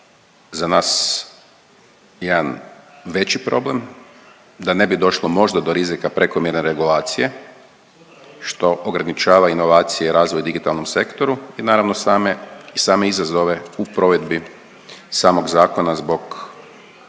za nas jedan veći problem, da ne bi došlo možda do rizika prekomjerne regulacije, što ograničava inovacije i razvoj u digitalnom sektoru i naravno, same i same izazove u provedbi samog zakona zbog